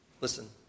Listen